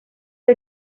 que